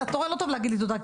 זה רעיון לא טוב להגיד לי תודה,